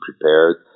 prepared